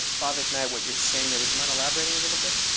bhavik knight what you're saying there. would you mind elaborating a little bit?